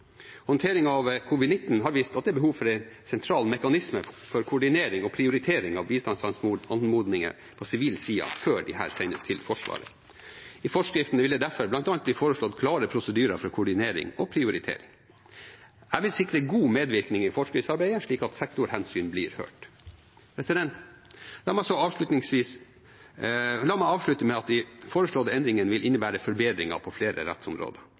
av covid-19 har vist at det er behov for en sentral mekanisme for koordinering og prioritering av bistandsanmodninger på sivil side før disse sendes til Forsvaret. I forskriften vil det derfor bl.a. bli foreslått klare prosedyrer for koordinering og prioritering. Jeg vil sikre god medvirkning i forskriftsarbeidet, slik at sektorhensyn blir hørt. La meg avslutte med at de foreslåtte endringene vil innebære forbedringer på flere rettsområder.